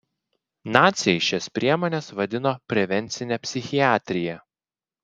naciai šias priemones vadino prevencine psichiatrija